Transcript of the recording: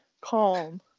calm